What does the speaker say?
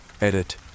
Edit